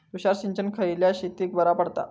तुषार सिंचन खयल्या शेतीक बरा पडता?